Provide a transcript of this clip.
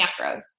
macros